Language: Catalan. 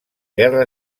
guerra